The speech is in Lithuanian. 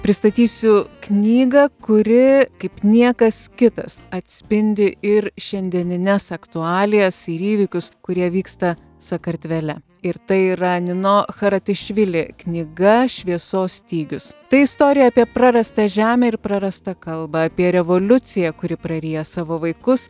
pristatysiu knygą kuri kaip niekas kitas atspindi ir šiandienines aktualijas ir įvykius kurie vyksta sakartvele ir tai yra nino haratišvili knyga šviesos stygius tai istorija apie prarastą žemę ir prarastą kalbą apie revoliuciją kuri praryja savo vaikus